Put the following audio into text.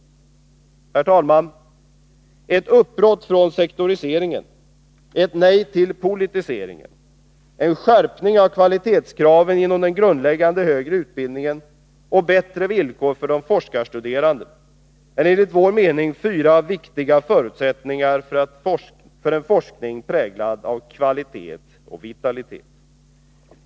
Herr talman! Ett uppbrott från sektoriseringen, ett nej till politiseringen, en skärpning av kvalitetskraven inom den grundläggande högre utbildningen och bättre villkor för de forskarstuderande är enligt vår mening fyra viktiga förutsättningar för en forskning präglad av kvalitet och vitalitet.